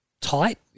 tight